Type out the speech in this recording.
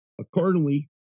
Accordingly